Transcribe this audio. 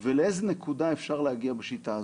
ולאיזו נקודה אפשר להגיע בשיטה הזאת,